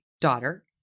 daughter